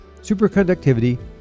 superconductivity